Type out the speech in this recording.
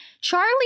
charlie